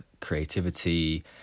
creativity